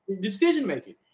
decision-making